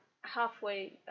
halfway